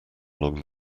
along